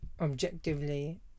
objectively